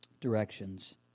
directions